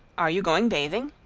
are you going bathing?